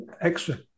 extra